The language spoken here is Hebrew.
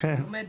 אשמח